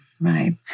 Right